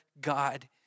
God